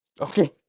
Okay